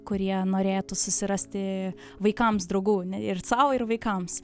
kurie norėtų susirasti vaikams draugų ir sau ir vaikams